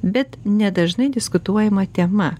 bet ne dažnai diskutuojama tema